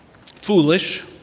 foolish